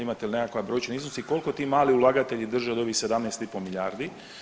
Imate li nekakav brojčani iznos i koliko ti mali ulagatelji drže od ovih 17 i pol milijardi?